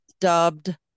dubbed